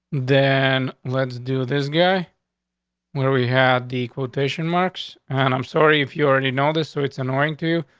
then let's do this guy where we have the quotation marks on i'm sorry if you already know this, so it's annoying to you.